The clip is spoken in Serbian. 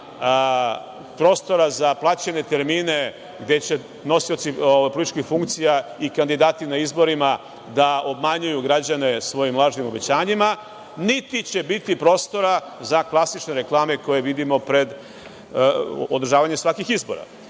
prostora za plaćene termine gde će nosioci političkih funkcija i kandidati na izborima da obmanjuju građane svojim lažnim obećanjima, niti će biti prostora za klasične reklame koje vidimo pred održavanje svakih